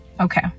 okay